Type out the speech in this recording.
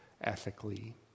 ethically